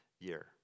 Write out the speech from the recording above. year